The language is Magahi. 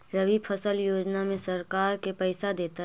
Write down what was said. रबि फसल योजना में सरकार के पैसा देतै?